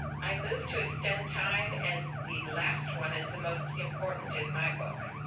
i move to extend time as the last one is the most important, in my book.